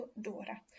d'ora